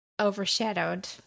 Overshadowed